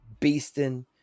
beasting